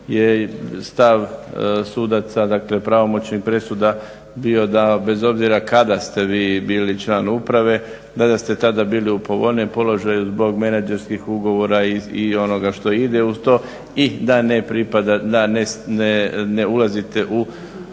je stav sudaca dakle pravomoćnih presuda bio da bez obzira kada ste vi bili član uprave da ste tada bili u povoljnijem položaju zbog menadžerskih ugovora i onoga što ide uz to i da ne ulazite u